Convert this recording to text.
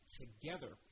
together